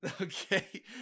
Okay